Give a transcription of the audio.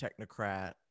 technocrat